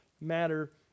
matter